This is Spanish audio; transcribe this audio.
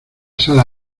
sala